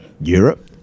Europe